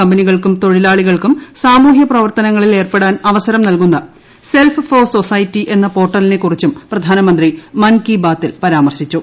കമ്പനികൾക്കും തൊഴിലാളികൾക്കും സാമൂഹ്യ പ്രവർത്തനങ്ങളിൽ ഏർപ്പെടാൻ അവസരം നൽകുന്ന സെൽഫ് ഫോർ സൊസൈറ്റി എന്ന പോർട്ടലിനെ കുറിച്ചും പ്രധാനമന്ത്രി മൻകി ബാത്തിൽ പരാമർശിച്ചു